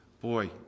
Boy